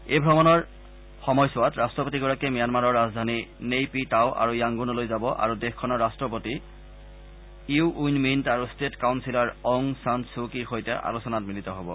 এই ভ্ৰমণৰ সময়ছোৱাত ৰাষ্ট্ৰপতি গৰাকীয়ে ম্যানমাৰৰ ৰাজধানী নেই পি টাও আৰু য়াংগুনলৈ যাব আৰু দেশখনৰ ৰাষ্ট্ৰপতি ইউ উইন মিণ্ট আৰু state counsellor Aung San Suu কিৰ সৈতে আলোচনাত মিলিত হব